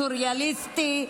סוריאליסטי,